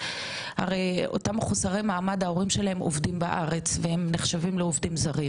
הרי אותם מחוסרי מעמד ההורים שלהם עובדים בארץ והם נחשבים לעובדים זרים,